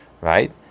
right